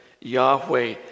Yahweh